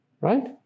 right